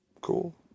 Cool